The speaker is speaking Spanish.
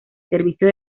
servicio